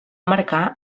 marcar